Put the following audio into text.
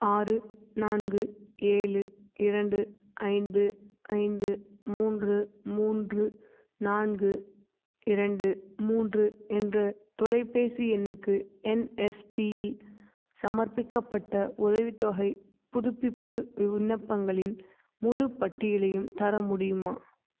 ஆறு நான்கு ஏழு இரண்டு ஐந்து ஐந்து மூன்று மூன்று நான்கு இரண்டு மூன்று என்ற தொலைபேசி எண்ணுக்கு என்எஸ்பியில் சமர்ப்பிக்கப்பட்ட உதவித்தொகைப் புதுப்பிப்பு விண்ணப்பங்களின் முழுப் பட்டியலையும் தர முடியுமா